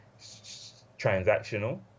transactional